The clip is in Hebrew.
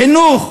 חינוך,